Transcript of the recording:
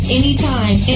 anytime